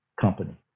company